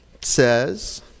says